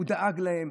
הוא דאג להם,